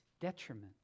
detriment